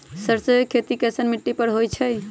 सरसों के खेती कैसन मिट्टी पर होई छाई?